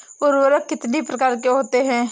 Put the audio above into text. उर्वरक कितनी प्रकार के होते हैं?